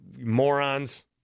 morons